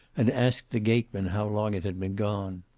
and asked the gateman how long it had been gone.